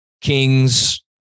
Kings